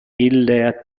ille